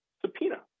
subpoena